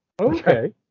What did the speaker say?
Okay